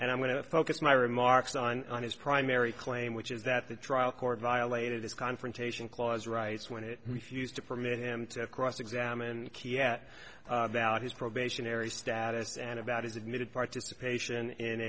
and i'm going to focus my remarks on his primary claim which is that the trial court violated his confrontation clause rights when it refused to permit him to cross examine and key at about his probationary status and about his admitted participation in